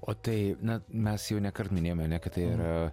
o tai na mes jau nekart minėjom ane kad tai yra